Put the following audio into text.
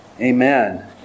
Amen